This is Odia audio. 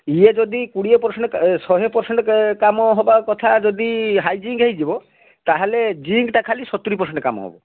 ଇଏ ଯଦି କୁଡ଼ିଏ ପରସେଣ୍ଟ ଏ ଶହେ ପରସେଣ୍ଟ କାମ ହବା କଥା ଯଦି ହାଇଜିଙ୍କ ହେଇଯିବ ତାହାଲେ ଜିଙ୍କଟା ଖାଲି ସତୁରି ପରସେଣ୍ଟ କାମ ହବ